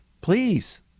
Please